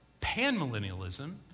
Panmillennialism